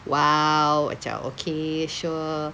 !wow! macam okay sure